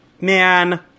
Man